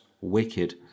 wicked